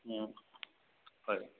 হয়